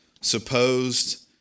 supposed